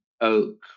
oak